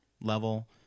level